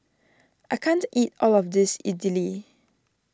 I can't eat all of this Idili